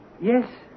Yes